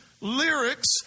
lyrics